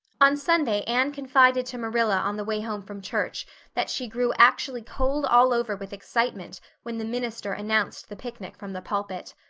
on sunday anne confided to marilla on the way home from church that she grew actually cold all over with excitement when the minister announced the picnic from the pulpit.